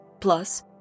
plus